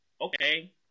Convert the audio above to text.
okay